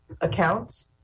accounts